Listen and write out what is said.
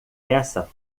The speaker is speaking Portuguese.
essa